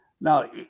Now